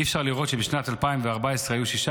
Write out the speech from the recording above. אי-אפשר לראות שבשנת 2014 היו שישה